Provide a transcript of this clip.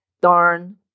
darn